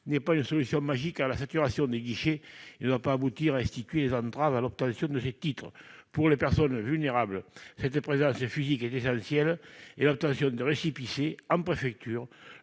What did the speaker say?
n'est pas une solution magique à la saturation des guichets ; elle ne doit pas conduire à instituer des entraves à l'obtention de ces titres. Pour les personnes vulnérables, cette présence physique est essentielle, d'autant que l'obtention d'un récépissé en préfecture